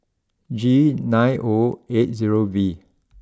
G nine O eight zero V